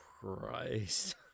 Christ